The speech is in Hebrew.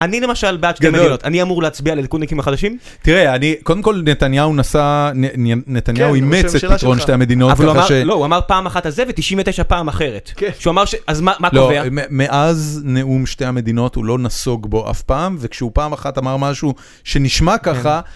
אני למשל בעד שתי מדינות, אני אמור להצביע לליכודניקים החדשים? תראה אני, קודם כל נתניהו נשא, נתניהו אימץ את עקרון שתי המדינות ככה ש... לא, הוא אמר פעם אחת אז זה ו-99 פעם אחרת. כן. שהוא אמר ש... אז מה קובע? לא, מאז נאום שתי המדינות הוא לא נסוג בו אף פעם, וכשהוא פעם אחת אמר משהו שנשמע ככה...